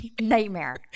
nightmare